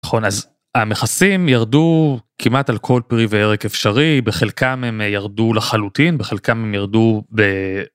נכון אז המכסים ירדו כמעט על כל פרי וירק אפשרי בחלקם הם ירדו לחלוטין בחלקם הם ירדו.